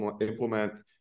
implement